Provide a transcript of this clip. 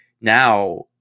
now